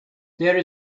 there